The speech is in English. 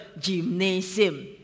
gymnasium